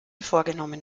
vorgenommen